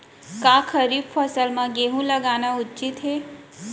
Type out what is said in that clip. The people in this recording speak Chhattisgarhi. का खरीफ फसल म गेहूँ लगाना उचित है?